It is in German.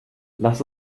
lass